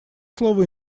слово